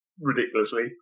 ridiculously